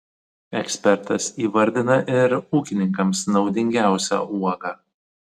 ekspertas įvardina ir ūkininkams naudingiausią uogą